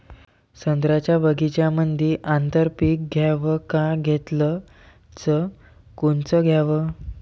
संत्र्याच्या बगीच्यामंदी आंतर पीक घ्याव का घेतलं च कोनचं घ्याव?